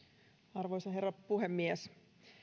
arvoisa herra puhemies